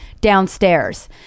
downstairs